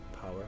power